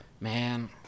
Man